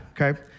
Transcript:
okay